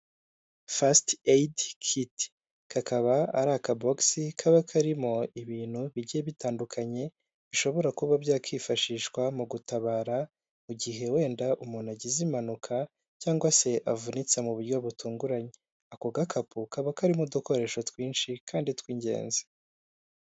Fasiti Eyidi Kiti kakaba ari aka bosi kaba karimo ibintu bigiye bitandukanye bishobora kuba byakifashishwa mu gutabara mu gihe wenda umuntu agize impanuka cyangwa se avunitse mu buryo butunguranye, ako gakapu kaba karimo udukoresho twinshi kandi tw'ingenzi.